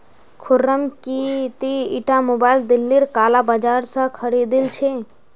खुर्रम की ती ईटा मोबाइल दिल्लीर काला बाजार स खरीदिल छि